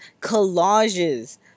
collages